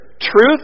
Truth